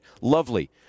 lovely